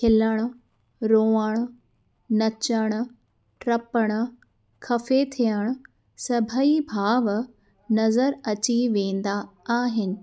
खिलण रोअण नचण ट्रपण खफ़े थियण सभई भाव नज़र अची वेंदा आहिनि